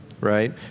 right